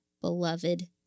beloved